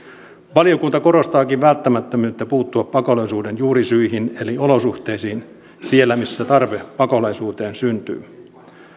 valiokunta korostaakin välttämättömyyttä puuttua pakolaisuuden juurisyihin eli olosuhteisiin siellä missä tarve pakolaisuuteen syntyy